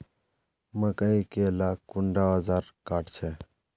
मकई के ला कुंडा ओजार काट छै?